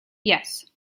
yes